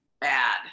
bad